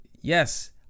yes